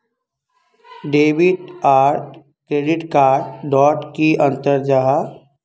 Debit आर credit card डोट की अंतर जाहा?